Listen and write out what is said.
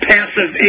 Passive